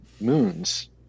moons